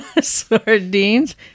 Sardines